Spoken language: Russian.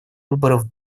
выборов